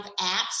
apps